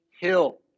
hill